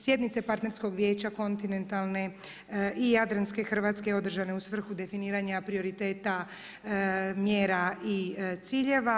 Sjednice partnerskog vijeća kontinentalne i jadranske Hrvatske održane u svrhu definiranja prioriteta mjera i ciljeva.